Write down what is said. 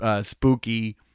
spooky